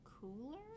cooler